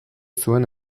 zuen